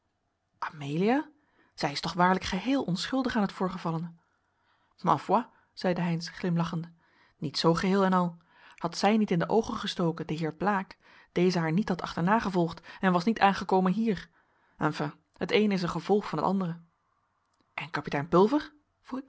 amelia zij is toch waarlijk geheel onschuldig aan het voorgevallene ma foi zeide heynsz glimlachende niet zoo geheel en al had zij niet in de oogen gestoken den heer blaek deze haar niet had achterna gevolgd en was niet aangekomen hier enfin het eene is een gevolg van het andere en kapitein pulver